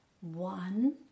one